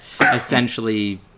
essentially